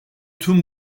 tüm